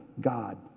God